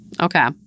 Okay